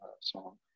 song